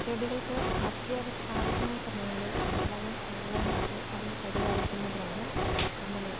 ചെടികൾക്ക് അത്യാ ആവശ്യമായ സമയങ്ങളിൽ വളവും വെള്ളവും നൽകി അവയെ പരിപാലിക്കുന്നതിലാണ് നമ്മൾ